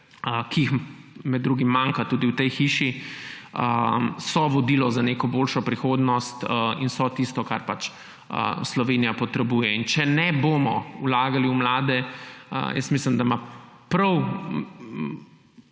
ki jih med drugim manjka tudi v tej hiši, vodilo za neko boljšo prihodnost in so tisto, kar Slovenija potrebuje. Če ne bomo vlagali v mlade, mislim, da ima prav